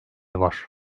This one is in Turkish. var